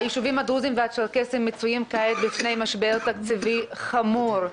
היישובים הדרוזיים והצ'רקסיים מצויים כעת בפני משבר תקציבי חמור.